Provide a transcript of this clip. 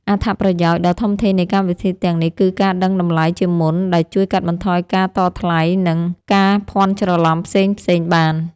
អត្ថប្រយោជន៍ដ៏ធំធេងនៃកម្មវិធីទាំងនេះគឺការដឹងតម្លៃជាមុនដែលជួយកាត់បន្ថយការតថ្លៃនិងការភាន់ច្រឡំផ្សេងៗបាន។